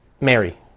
Mary